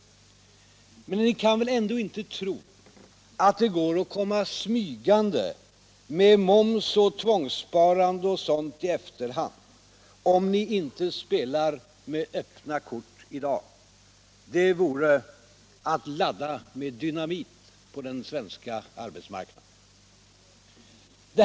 Men ni kan väl ändå inte tro att det går att komma smygande med moms och tvångssparande och sådant i efterhand, om ni inte spelar med öppna kort i dag. Det vore att ladda med dynamit på den svenska arbetsmarknaden.